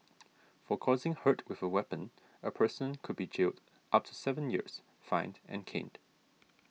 for causing hurt with a weapon a person could be jailed up to seven years fined and caned